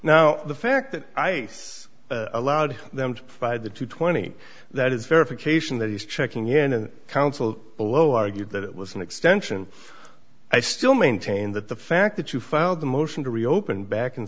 now the fact that ice allowed them to buy the twenty that is verification that he's checking in and counsel below argued that it was an extension i still maintain that the fact that you filed the motion to reopen back in